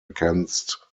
against